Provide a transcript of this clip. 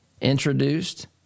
introduced